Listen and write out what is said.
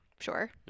Sure